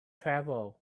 travelled